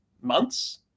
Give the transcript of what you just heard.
months